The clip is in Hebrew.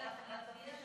מלכיאלי,